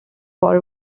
war